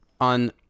on